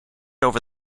over